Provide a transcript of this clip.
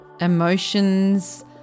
Emotions